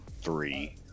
three